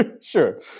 sure